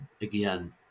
Again